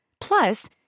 Plus